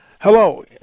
Hello